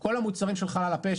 כל המוצרים של חלל הפה,